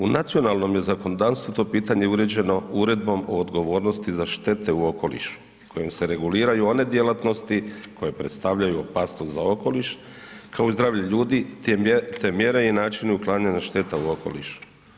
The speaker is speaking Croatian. U nacionalnom zakonodavstvu to pitanje uređeno Uredbom o odgovornosti za štete u okolišu kojim se reguliraju one djelatnosti koje predstavljaju opasnost za okoliš, kao i zdravlje ljudi te mjere i načini uklanjanja šteta u okolišu.